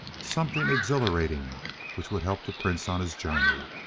something exhilarating which would help the prince on his journey.